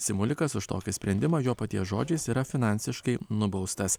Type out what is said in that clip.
simulikas už tokį sprendimą jo paties žodžiais yra finansiškai nubaustas